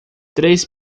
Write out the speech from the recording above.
três